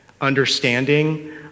understanding